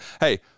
hey